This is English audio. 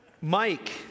Mike